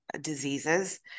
diseases